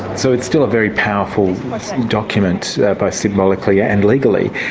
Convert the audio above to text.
so it's still a very powerful document both symbolically ah and legally.